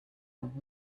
und